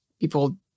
people